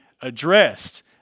addressed